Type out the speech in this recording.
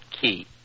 key